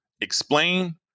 explain